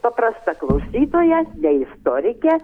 paprasta klausytoja ne istorikė